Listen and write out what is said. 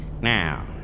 Now